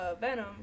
Venom